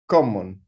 Common